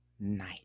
night